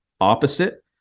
opposite